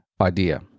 idea